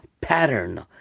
pattern